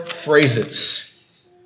phrases